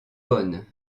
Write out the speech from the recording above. bonnes